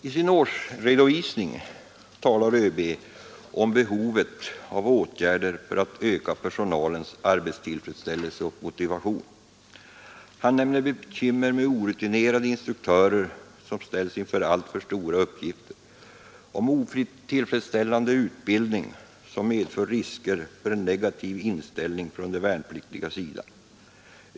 I sin årsredovisning talar ÖB om behovet av åtgärder för att öka personalens arbetstillfredsställelse och motivation. Han nämner bekymmer med orutinerade instruktörer som ställs inför alltför stora uppgifter. Otillfredsställande utbildning medför risker för en negativ inställning från de värnpliktigas sida.